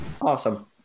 Awesome